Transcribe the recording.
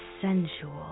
sensual